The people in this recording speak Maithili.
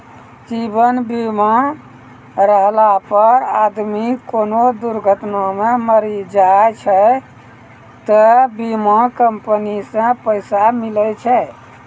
जीवन बीमा रहला पर आदमी कोनो दुर्घटना मे मरी जाय छै त बीमा कम्पनी से पैसा मिले छै